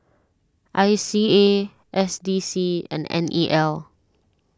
I C A S D C and N E L